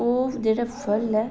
ओह् जेह्ड़ा फल ऐ